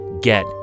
get